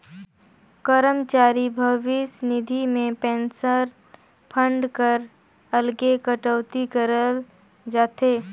करमचारी भविस निधि में पेंसन फंड कर अलगे कटउती करल जाथे